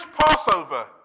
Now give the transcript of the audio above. Passover